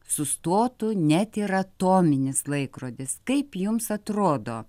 sustotų net ir atominis laikrodis kaip jums atrodo